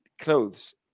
clothes